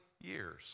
years